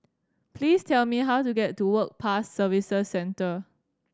please tell me how to get to Work Pass Services Centre